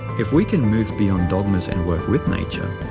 if we can move beyond dogmas and work with nature,